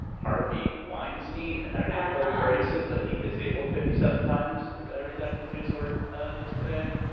harvey weinstein had an ankle bracelet that he disabled fifty seven times. did i read that in news sort of just today?